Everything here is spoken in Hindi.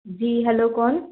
जी हलो कौन